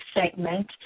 segment